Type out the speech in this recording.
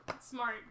smart